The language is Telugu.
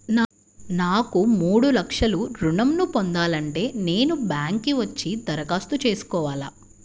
నాకు మూడు లక్షలు ఋణం ను పొందాలంటే నేను బ్యాంక్కి వచ్చి దరఖాస్తు చేసుకోవాలా?